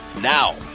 Now